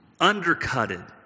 undercutted